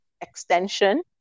extension